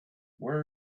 where